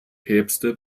päpste